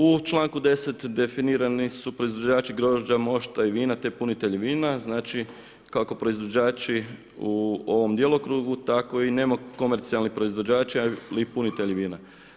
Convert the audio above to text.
U članku 10. definirani su proizvođači grožđa, mošta i vina te punitelji vina, znači kako proizvođači u ovom djelokrugu tako i nema komercijalnih proizvođača ili punitelji vina.